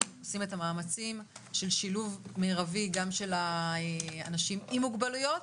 עושים את המאמצים של שילוב מירבי גם של האנשים עם מוגבלויות.